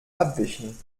abwischen